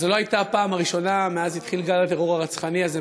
אבל זו לא הייתה הפעם הראשונה מאז התחיל גל הטרור הרצחני הזה,